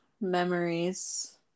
memories